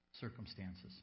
circumstances